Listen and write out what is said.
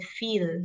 feel